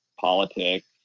politics